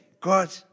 God